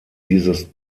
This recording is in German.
dieses